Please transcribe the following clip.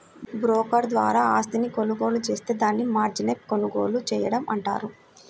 broker ద్వారా ఆస్తిని కొనుగోలు జేత్తే దాన్ని మార్జిన్పై కొనుగోలు చేయడం అంటారు